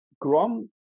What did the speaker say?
Grom